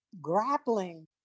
grappling